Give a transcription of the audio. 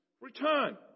return